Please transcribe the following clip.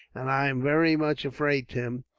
and i am very much afraid, tim,